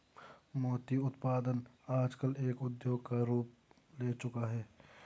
मोती उत्पादन आजकल एक उद्योग का रूप ले चूका है